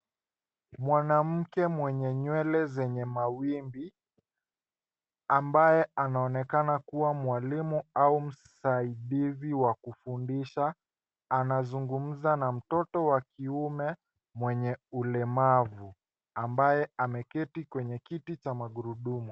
Mwanamke mwenye nywele zenye mawimbi ambaye anaonekana kuwa mwalimu au msaidizi wa kufundisha anazungumza na mtoto wa kiume mwenye ulemavu ambaye ameketi kwenye kiti cha magurudumu.